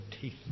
teeth